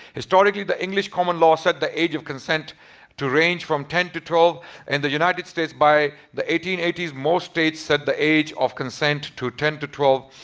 historically the english common law set the age of consent to range from ten to twelve in and the united states by the eighteen eighty s most states set the age of consent to ten to twelve